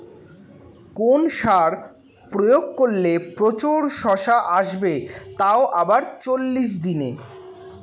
কোন সার প্রয়োগ করলে প্রচুর শশা আসবে তাও আবার চল্লিশ দিনে?